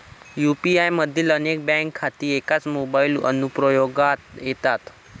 UPI मधील अनेक bank खाती एकाच मोबाइल अनुप्रयोगात येतात